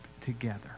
together